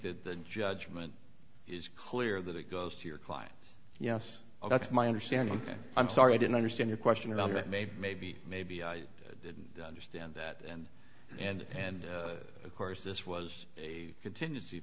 that the judgment is clear that it goes to your client yes that's my understanding i'm sorry i didn't understand your question about it maybe maybe maybe i didn't understand that and and and of course this was a contingency